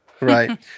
Right